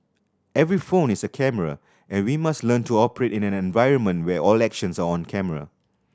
every phone is a camera and we must learn to operate in an environment where all actions are on camera